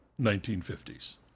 1950s